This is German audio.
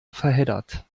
verheddert